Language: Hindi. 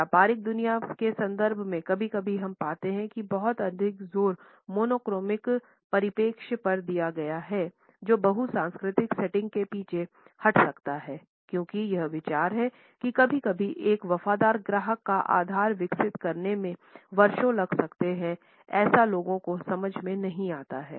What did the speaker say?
व्यापारिक दुनिया के संदर्भ में कभी कभी हम पाते हैं कि बहुत अधिक जोर मोनोक्रोनीक परिप्रेक्ष्य पर दिया गया है जो बहुसांस्कृतिक सेटिंग में पीछे हट सकता है क्योंकि यह विचार है कि कभी कभी एक वफादार ग्राहक का आधार विकसित करने में वर्षों लग सकते हैं ऐसे लोग को समझ में नहीं आता है